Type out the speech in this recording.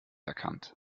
erkannt